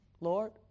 Lord